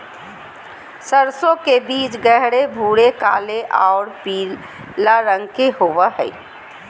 सरसों के बीज गहरे भूरे काले आऊ पीला रंग के होबो हइ